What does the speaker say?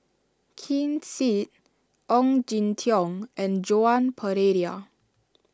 Ken Seet Ong Jin Teong and Joan Pereira